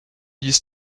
these